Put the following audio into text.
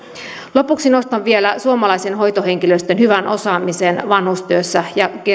lopuksi nostan vielä suomalaisen hoitohenkilöstön hyvän osaamisen vanhustyössä ja